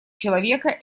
человека